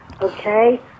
Okay